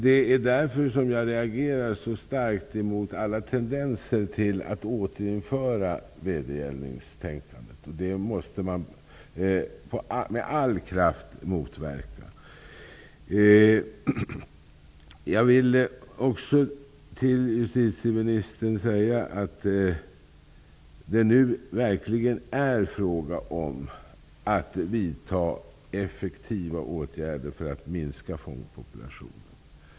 Det är därför jag reagerar så starkt mot alla tendenser till att återinföra vedergällningstänkandet. Det måste man med all kraft motverka. Jag vill också till justitieministern säga att det nu verkligen är fråga om att vidta effektiva åtgärder för att minska fångpopulationen.